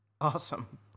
Awesome